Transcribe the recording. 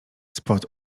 spod